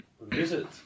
visit